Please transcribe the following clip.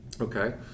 Okay